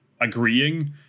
agreeing